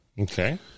Okay